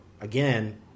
again